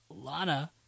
Lana